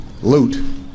loot